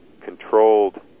controlled